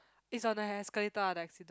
it's on the escalator ah the accident